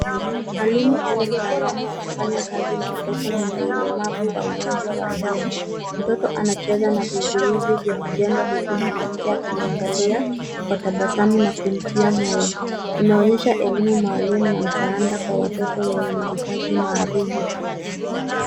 Mwalimu au mtaalam akifanya kazi na mtoto mwenye ulemavu wa ugonjwa wa Down . Mtoto anacheza na vizuizi vya kujenga huku mwanamke akimwangalia kwa tabasamu na kumtia moyo. Inaonyesha elimu maalum na msaada kwa watoto wenye mahitaji maalum.